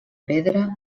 pedra